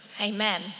Amen